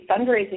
fundraising